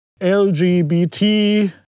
LGBT